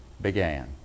began